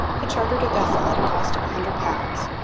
he chartered a vessel at a cost of a hundred pounds,